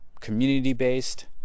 community-based